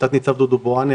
אני תת ניצב דודו באואני,